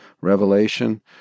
revelation